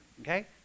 okay